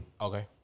Okay